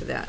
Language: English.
for that